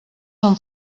són